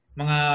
mga